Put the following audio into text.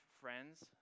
friends